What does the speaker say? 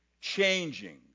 changing